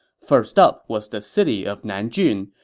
first up was the city of nanjun,